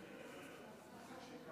אדוני היושב